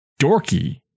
dorky